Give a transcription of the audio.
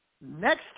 Next